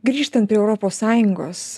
grįžtant prie europos sąjungos